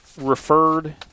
referred